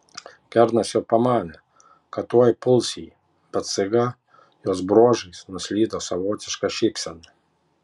kernas jau pamanė kad tuoj puls jį bet staiga jos bruožais nuslydo savotiška šypsena